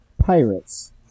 pirates